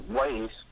waste